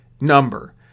number